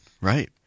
right